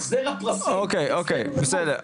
החזר הפרסים אוקי, משפט לסיום.